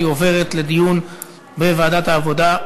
והיא עוברת לדיון בוועדת העבודה,